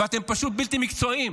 ואתם פשוט בלתי מקצועיים